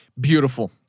Beautiful